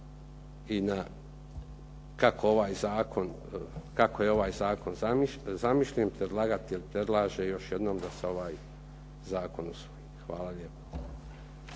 i na kako je ovaj zakon zamišljen, predlagatelj predlaže još jednom da se ovaj zakon usvoji. Hvala lijepo.